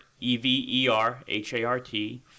E-V-E-R-H-A-R-T